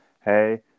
hey